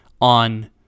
on